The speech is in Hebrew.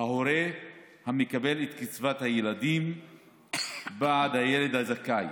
ההורה המקבל את קצבת הילדים בעד הילד הזכאי